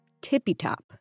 tippy-top